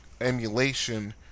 emulation